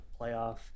playoff